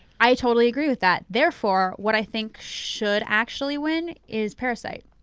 i totally agree with that. therefore what i think should actually win is parasite.